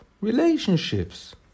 relationships